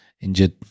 injured